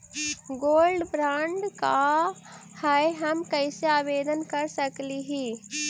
Gold bond का है, हम कैसे आवेदन कर सकली ही?